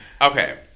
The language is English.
Okay